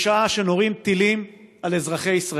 בשעה שנורים טילים על אזרחי ישראל.